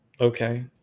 okay